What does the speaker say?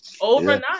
overnight